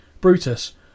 Brutus